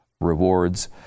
rewards